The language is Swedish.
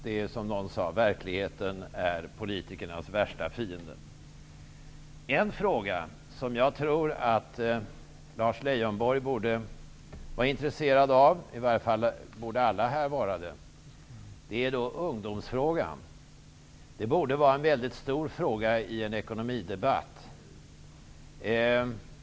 Verkligheten är, som någon sade, politikernas värsta fiende. En fråga som Lars Leijonborg borde vara intresserad av -- det borde alla här vara -- är ungdomsfrågan. Den borde vara en väldigt stor fråga i en ekonomidebatt.